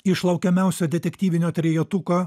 iš laukiamiausio detektyvinio trejetuko